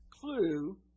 clue